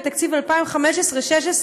בתקציב 2015 2016,